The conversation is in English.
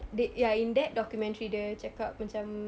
they ya in that documentary dia cakap macam